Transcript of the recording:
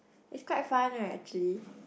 is quite fun right actually